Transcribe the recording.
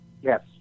yes